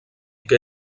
que